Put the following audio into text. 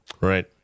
Right